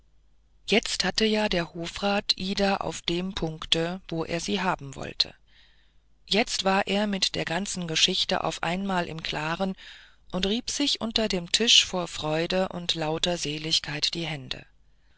jetzt hatte ja der hofrat ida auf dem punkte wo er sie haben wollte jetzt war er mit der ganzen geschichte auf einmal im klaren und rieb sich unter dem tisch vor freuden und lauter seligkeit die hände